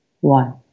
one